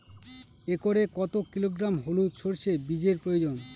একরে কত কিলোগ্রাম হলুদ সরষে বীজের প্রয়োজন?